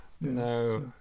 No